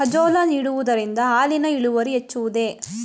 Azolla ನೀಡುವುದರಿಂದ ಹಾಲಿನ ಇಳುವರಿ ಹೆಚ್ಚುವುದೇ?